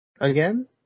again